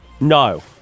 No